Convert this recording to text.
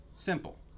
Simple